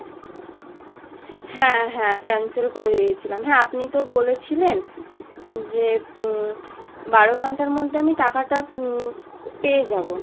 হ্যাঁ হ্যাঁ ক্যান্সেল করে দিয়েছিলাম হ্যাঁ আপনি তো বলেছিলেন যে বারো ঘন্টার মধ্যে আমি টাকাটা পেয়ে যাবো